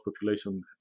population